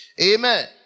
amen